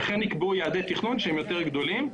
לכן נקבעו יעדי תכנון שהם מאוד גדולים.